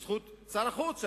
בזכות שר החוץ,